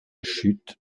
chute